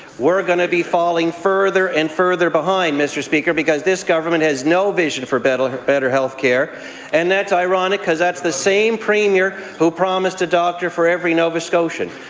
we're going to be falling further and further behind, mr. speaker. because this government has no vision for better better healthcare. and that's ironic because that's the same premier who promised a doctor for every nova scotia.